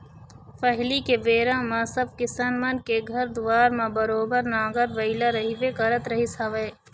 पहिली के बेरा म सब किसान मन के घर दुवार म बरोबर नांगर बइला रहिबे करत रहिस हवय